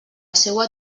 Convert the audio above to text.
seua